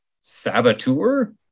saboteur